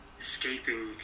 escaping